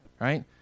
right